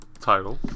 title